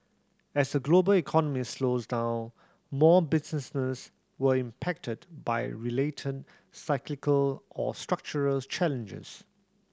as the global economy slows down more business were impacted by related cyclical or structural challenges